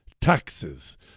taxes